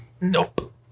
Nope